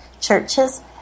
churches